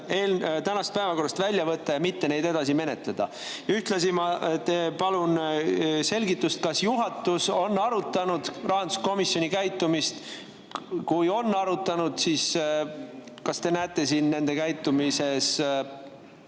tänasest päevakorrast välja võtta ja mitte neid edasi menetleda. Ühtlasi palun selgitust, kas juhatus on arutanud rahanduskomisjoni käitumist. Kui on arutanud, siis kas te näete nende käitumises